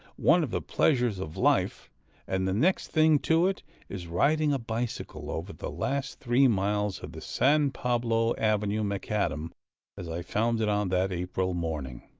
one of the pleasures of life and the next thing to it is riding a bicycle over the last three miles of the san pablo avenue macadam as i found it on that april morning.